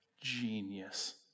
genius